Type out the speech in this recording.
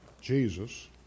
Jesus